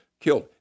killed